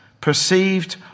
perceived